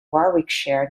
warwickshire